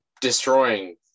destroying